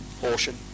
portion